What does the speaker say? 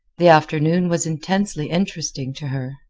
the afternoon was intensely interesting to her.